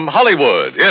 Hollywood